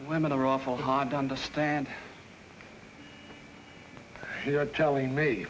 women are awful hard to understand you're telling me